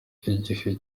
igihe